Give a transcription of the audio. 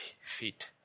feet